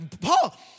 Paul